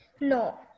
No